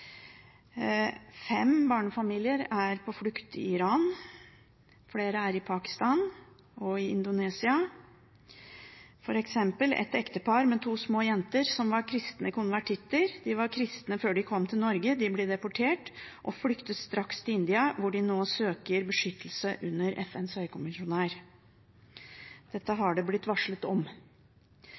Fem barnefamilier er på flukt i Iran. Flere er i Pakistan og i Indonesia, f.eks. et ektepar med to små jenter som var kristne konvertitter. De var kristne før de kom til Norge. De ble deportert og flyktet straks til India, hvor de nå søker beskyttelse under FNs høykommissær for flyktninger. Dette har det blitt varslet om.